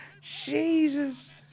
Jesus